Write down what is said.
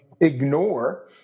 ignore